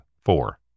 four